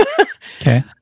Okay